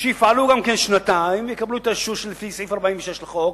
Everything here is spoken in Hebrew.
שיפעלו שנתיים ויקבלו את האישור לפי סעיף 46 לחוק,